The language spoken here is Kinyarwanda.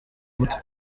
umuti